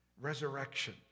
resurrection